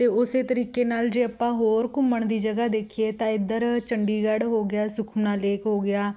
ਅਤੇ ਉਸੇ ਤਰੀਕੇ ਨਾਲ ਜੇ ਆਪਾਂ ਹੋਰ ਘੁੰਮਣ ਦੀ ਜਗ੍ਹਾ ਦੇਖੀਏ ਤਾਂ ਇੱਧਰ ਚੰਡੀਗੜ੍ਹ ਹੋ ਗਿਆ ਸੁਖਨਾ ਲੇਕ ਹੋ ਗਿਆ